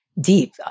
deep